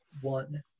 one